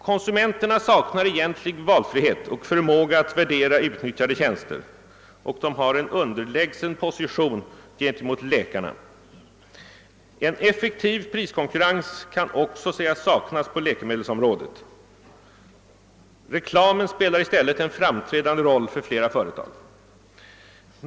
Konsumenterna <saknar egentlig valfrihet och förmåga att värdera utnyttjade tjänster, och de har en underlägsen position gentemot läkare. En effektiv priskonkurrens kan också sägas saknas på läkemedelsområdet. Reklamen spelar i stället en framträdande roll för flera företag.